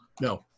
No